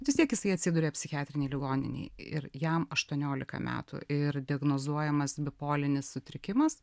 vis tiek jisai atsiduria psichiatrinėj ligoninėj ir jam aštuoniolika metų ir diagnozuojamas bipolinis sutrikimas